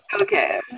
Okay